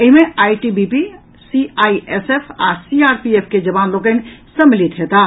एहि मे ITBP CISF आ सीआरपीएफ के जवान लोकनि सम्मिलित हेताह